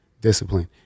discipline